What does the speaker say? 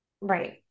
Right